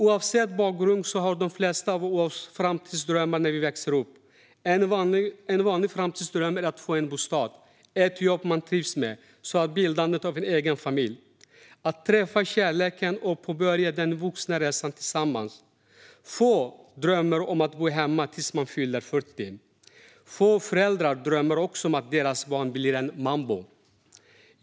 Oavsett bakgrund har de flesta av oss framtidsdrömmar när vi växer upp. En vanlig framtidsdröm är att få en bostad och ett jobb man trivs med och att bilda en egen familj - att träffa kärleken och påbörja den vuxna resan tillsammans. Få drömmer om att bo hemma tills de fyller 40. Få föräldrar drömmer om att deras barn ska bli en mambo.